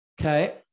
Okay